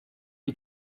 you